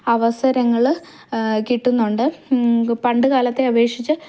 അവസരങ്ങൾ കിട്ടുന്നുണ്ട് പണ്ട് കാലത്തെ അപേക്ഷിച്ച്